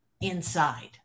inside